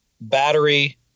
Battery